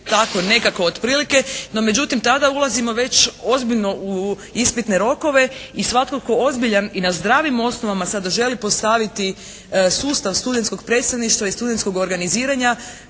tako nekako otprilike no međutim tada ulazimo već ozbiljno u ispitne rokove i svatko tko ozbiljan i na zdravim osnovama sada želi postaviti sustav studentskog predstavništva i studentskog organiziranja